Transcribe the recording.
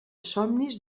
somnis